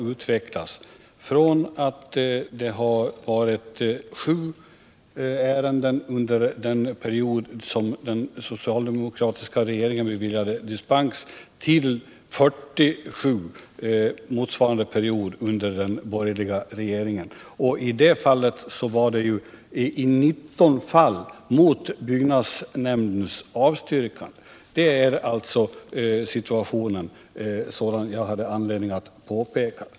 Utvecklingen har gått från sju ärenden under den period då den socialdemokratiska regeringen beviljade dispenser till 47 ärenden under motsvarande period på den borgerliga regeringens tid — och i det senare fallet beviljades dispenser i 19 ärenden — och mot byggnadsnämndens avstyrkande! Sådan är alltså situationen, såsom jag hade anledning att påpeka.